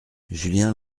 julien